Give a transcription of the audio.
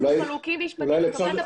שוב אנחנו חלוקים משפטית.